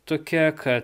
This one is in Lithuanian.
tokia kad